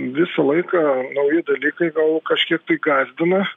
visą laiką nauji dalykai gal kažkiek tai gąsdina